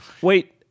Wait